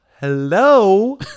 hello